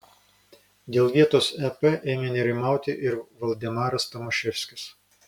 dėl vietos ep ėmė nerimauti ir valdemaras tomaševskis